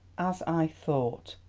as i thought.